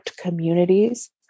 communities